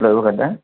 లేవు కదా